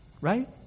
right